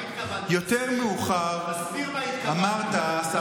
יותר מאוחר אמרת, למה התכוונתי?